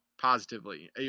positively